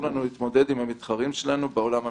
לנו להתמודד עם המתחרים שלנו בעולם המשתנה.